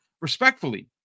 respectfully